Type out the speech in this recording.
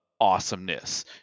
awesomeness